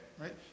Right